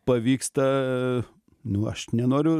pavyksta nu aš nenoriu